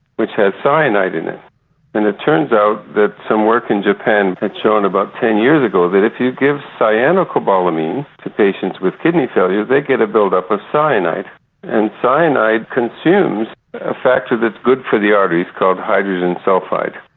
which has cyanide in it and it turns out that some work in japan had shown about ten years ago that it if you give cyanocobalamin to patients with kidney failure they get a build up of cyanide and cyanide consumes a factor that is good for the arteries called hydrogen sulphide.